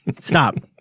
Stop